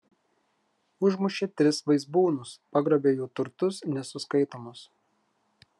užmušė tris vaizbūnus pagrobė jų turtus nesuskaitomus